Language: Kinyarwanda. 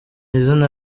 izina